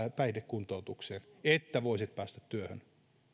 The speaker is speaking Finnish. päihdekuntoutukseen että voisit päästä työhön